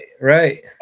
right